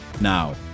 Now